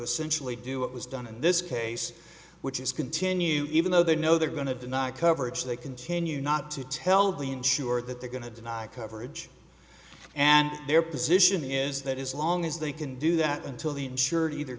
essentially do what was done in this case which is continue even though they know they're going to deny coverage they continue not to tell the insure that they're going to deny coverage and their position is that is long as they can do that until the insurer either